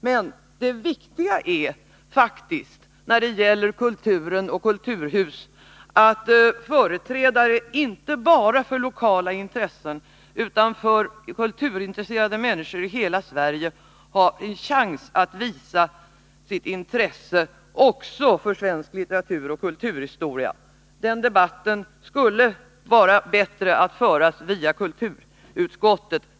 Men det viktiga när det gäller kultur och kulturhus är faktiskt att inte bara företrädare för lokala intressen utan också kulturintresserade människor i hela Sverige får en chans att visa sitt intresse för svensk litteratur och kulturhistoria. Den debatten skulle bättre kunna föras via kulturutskottet.